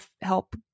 help